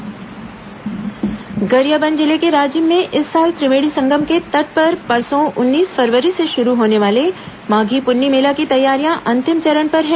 माघी पुन्नी मेला गरियाबंद जिले के राजिम में इस साल त्रिवेणी संगम के तट पर परसों उन्नीस फरवरी से शुरू होने वाले माधी पुन्नी मेला की तैयारियां अंतिम चरण पर है